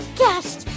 guest